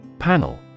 Panel